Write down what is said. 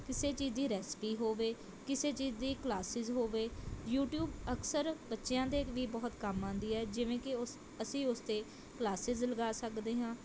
ਕਿਸੇ ਚੀਜ਼ ਦੀ ਰੈਸਿਪੀ ਹੋਵੇ ਕਿਸੇ ਚੀਜ਼ ਦੀ ਕਲਾਸਿਜ਼ ਹੋਵੇ ਯੂਟਿਊਬ ਅਕਸਰ ਬੱਚਿਆਂ ਦੇ ਵੀ ਬਹੁਤ ਕੰਮ ਆਉਂਦੀ ਹੈ ਜਿਵੇਂ ਕਿ ਉਸ ਅਸੀਂ ਉਸ 'ਤੇ ਕਲਾਸਿਜ਼ ਲਗਾ ਸਕਦੇ ਹਾਂ